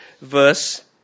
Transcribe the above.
verse